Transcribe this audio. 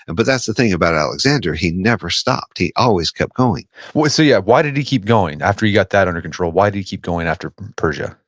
and but that's the thing about alexander, he never stopped. he always kept going so yeah, why did he keep going? after he got that under control, why did he keep going after persia?